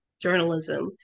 journalism